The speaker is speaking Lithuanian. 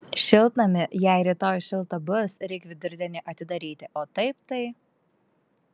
šiltnamį jei rytoj šilta bus reik vidurdienį atidaryti o taip tai